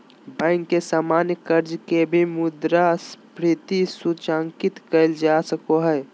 bank के सामान्य कर्ज के भी मुद्रास्फीति सूचकांकित कइल जा सको हइ